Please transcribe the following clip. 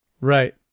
right